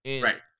Right